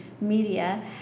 media